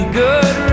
good